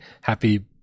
happy